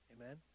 Amen